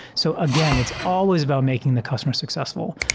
so again, it's always about making the customer successful.